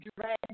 dread